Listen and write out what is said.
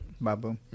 Babu